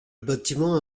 bâtiment